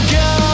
go